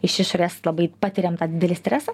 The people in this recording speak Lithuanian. iš išorės labai patiriam tą didelį stresą